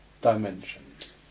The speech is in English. dimensions